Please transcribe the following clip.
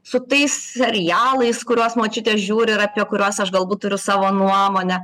su tais serialais kuriuos močiutė žiūri ir apie kuriuos aš galbūt turiu savo nuomonę